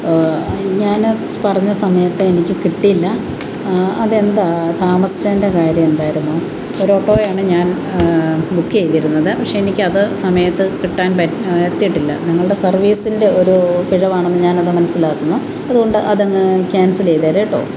അതിന് ഞാൻ പറഞ്ഞ സമയത്ത് എനിക്ക് കിട്ടിയില്ല അതെന്താ താമസിച്ചതിൻ്റെ കാര്യം എന്തായിരുന്നു ഒരു ഓട്ടോയാണ് ഞാൻ ബുക്ക് ചെയ്തിരുന്നത് പക്ഷെ എനിക്കത് സമയത്ത് കിട്ടാൻ എത്തിയിട്ടില്ല നിങ്ങളുടെ സർവീസിൻ്റെ ഒരു പിഴവാണെന്ന് ഞാനത് മനസ്സിലാക്കുന്നു അതുകൊണ്ട് അതങ്ങ് ക്യാൻസൽ ചെയ്തേര് കേട്ടോ